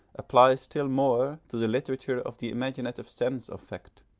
apply still more to the literature of the imaginative sense of fact,